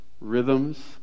rhythms